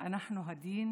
אנחנו הדין